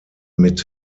mit